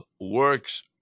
works